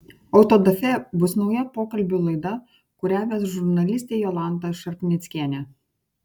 autodafė bus nauja pokalbių laida kurią ves žurnalistė jolanta šarpnickienė